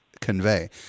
convey